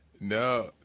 No